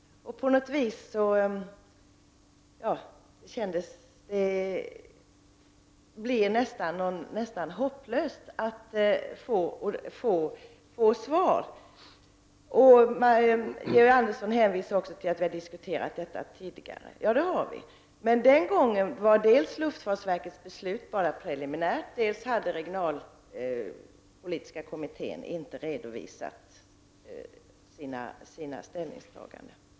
Det blir nästan hopplöst att få svar. Georg Andersson hänvisar också till att vi har diskuterat frågan tidigare. Ja, det har vi. Men den här gången var dels luftfartsverkets beslut endast preliminärt, dels hade regionalpolitiska kommittén inte redovisat sina ställningstaganden.